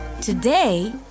Today